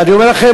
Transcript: ואני אומר לכם,